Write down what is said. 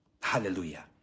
Hallelujah